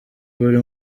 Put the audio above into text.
buri